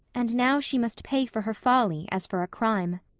and now she must pay for her folly as for a crime.